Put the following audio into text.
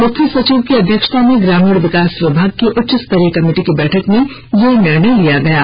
मुख्य सचिव की अध्यक्षता में ग्रामीण विकास विभाग की उच्चस्तरीय कमेटी की बैठक में यह निर्णय लिया गया है